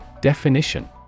Definition